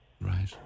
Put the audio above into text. Right